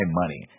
money